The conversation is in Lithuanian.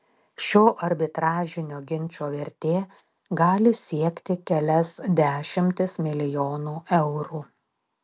šio arbitražinio ginčo vertė gali siekti kelias dešimtis milijonų eurų